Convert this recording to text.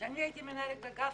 כשאני הייתי מנהלת אגף,